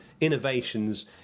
innovations